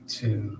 two